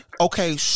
okay